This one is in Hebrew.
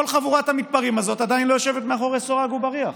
חבורת המתפרעים הזאת עדיין לא יושבת מאחורי סורג ובריח.